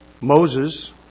Moses